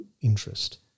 interest